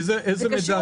איזה מידע זה כולל?